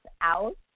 out